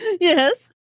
yes